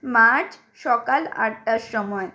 March সকাল আটটার সময়